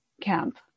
camp